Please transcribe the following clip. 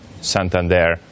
Santander